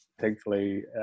thankfully